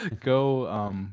Go